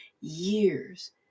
years